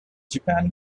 japan